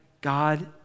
God